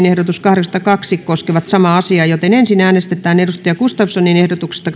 ehdotus satakolmekymmentäkaksi koskevat samaa määrärahaa ensin äänestetään ehdotuksesta